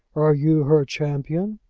are you her champion?